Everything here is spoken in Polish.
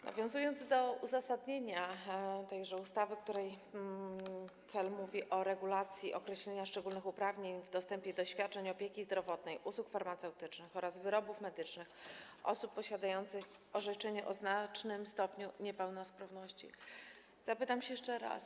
Nawiązując do uzasadnienia tejże ustawy, której cel mówi o regulacji, określeniu szczególnych uprawnień w dostępie do świadczeń opieki zdrowotnej, usług farmaceutycznych oraz wyrobów medycznych osób posiadających orzeczenie o znacznym stopniu niepełnosprawności, zapytam jeszcze raz.